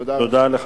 תודה, אדוני.